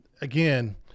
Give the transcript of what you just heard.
again